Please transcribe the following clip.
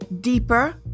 deeper